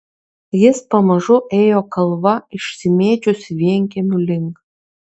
jis pamažu ėjo kalva išsimėčiusių vienkiemių link